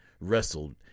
wrestled